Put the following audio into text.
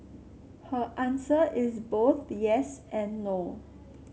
her answer is both yes and no